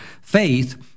Faith